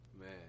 Man